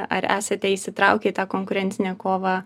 ar esate įsitraukę į tą konkurencinę kovą